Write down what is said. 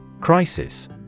Crisis